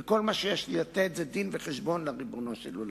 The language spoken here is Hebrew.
כל מה שיש לי זה לתת דין-וחשבון לריבונו של עולם.